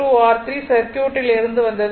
R1 R2 R3 சர்க்யூட்டில் இருந்து வந்தது